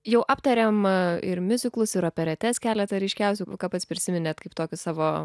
jau aptarėm ir miuziklus ir operetes keletą ryškiausių o ką pats prisiminėt kaip tokius savo